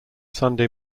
sunday